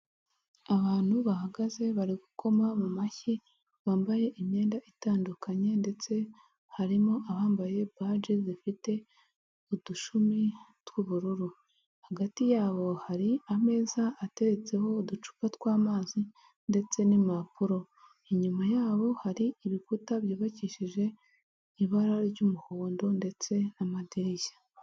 Abantu bahagaze barikoma mashyi bambaye imyenda itandukanye ndetse harimo abambaye baji zifite udushumi tw'ubururu hagati yabo hari ameza ateretseho uducupa tw'amazi ndetse n'impapuro, inyuma yabo hari ibikuta byubakishije ibara ry'umuhondo ndetse n'amadirishya.